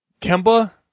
Kemba